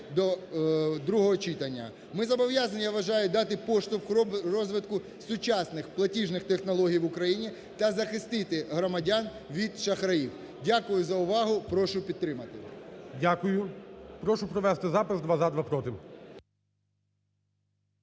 до другого читання. Ми зобов'язані, я вважаю, дати поштовх розвитку сучасних платіжних технологій в Україні та захистити громадян від шахраїв. Дякую за увагу. Прошу підтримати. ГОЛОВУЮЧИЙ. Дякую. Прошу провести запис: два – за, два – проти.